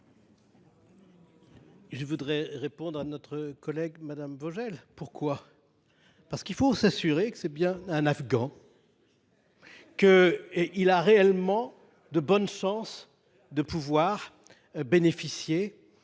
Je souhaite répondre à notre collègue Mme Vogel. Pourquoi ? Parce qu’il faut s’assurer qu’il s’agit bien d’un Afghan et qu’il a réellement de bonnes chances de pouvoir bénéficier